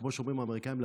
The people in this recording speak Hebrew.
כמו שאומרים האמריקאים,